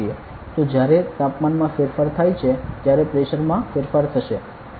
તો જ્યારે તાપમાનમાં ફેરફાર થાય છે ત્યારે પ્રેશર માં ફેરફાર થશે